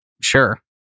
Sure